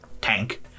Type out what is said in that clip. tank